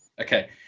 Okay